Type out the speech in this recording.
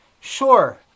Sure